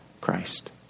Christ